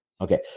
Okay